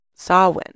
Sawin